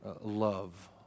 love